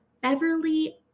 Beverly